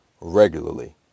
regularly